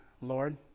Lord